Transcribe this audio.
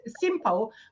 simple